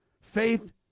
faith